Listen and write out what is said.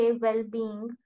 well-being